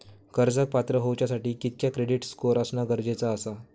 कर्जाक पात्र होवच्यासाठी कितक्या क्रेडिट स्कोअर असणा गरजेचा आसा?